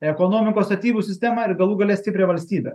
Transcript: ekonomikos statybų sistemą ir galų gale stiprią valstybę